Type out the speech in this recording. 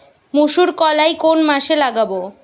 মুসুর কলাই কোন মাসে লাগাব?